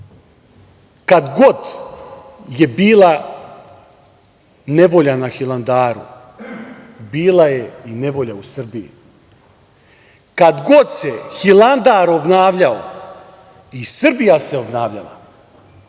Kad god je bila nevolja na Hilandaru bila je i nevolja u Srbiji. Kad god se Hilandar obnavljao i Srbija se obnavljala.